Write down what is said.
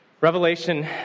Revelation